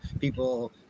people